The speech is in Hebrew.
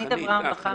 אני